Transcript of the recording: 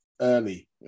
early